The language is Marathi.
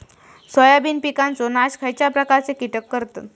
सोयाबीन पिकांचो नाश खयच्या प्रकारचे कीटक करतत?